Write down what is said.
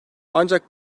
ancak